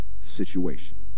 situation